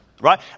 Right